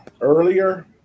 Earlier